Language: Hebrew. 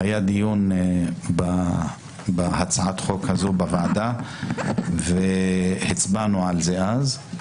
היה דיון בהצעת החוק הזאת בוועדה והצבענו על זה אז.